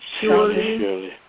Surely